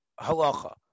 halacha